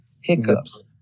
hiccups